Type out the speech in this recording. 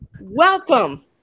welcome